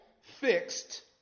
fixed